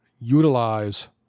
utilize